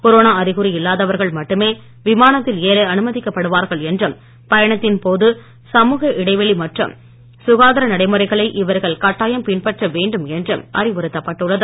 corona அறிகுறி இல்லாதவர்கள் மட்டுமே விமானத்தில் ஏற அனுமதிக்கப்படுவார்கள் என்றும் பயணத்தின் போது சமூக இடைவெளி மற்றும் சுகாதார நடைமுறைகளை இவர்கள் கட்டாயம் பின்பற்ற வேண்டும் என்றும் அறிவுறுத்தப்பட்டுள்ளது